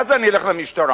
ואז אני אלך למשטרה.